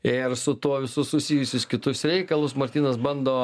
ir su tuo visus susijusius kitus reikalus martynas bando